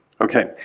Okay